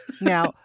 Now